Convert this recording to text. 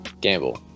gamble